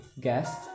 guest